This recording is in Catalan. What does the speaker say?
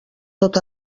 tot